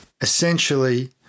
essentially